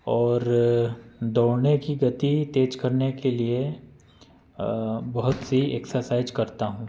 और दौड़ने की गति तेज़ करने के लिए बहुत सी एक्सरसाइज करता हूँ